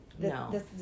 No